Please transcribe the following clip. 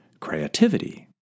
creativity